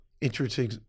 interesting